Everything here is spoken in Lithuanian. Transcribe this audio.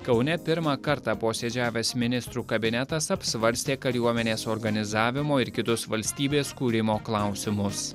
kaune pirmą kartą posėdžiavęs ministrų kabinetas apsvarstė kariuomenės organizavimo ir kitus valstybės kūrimo klausimus